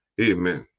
amen